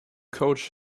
coach